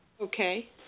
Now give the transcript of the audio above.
Okay